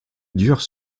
durent